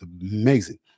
amazing